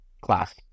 class